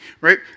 right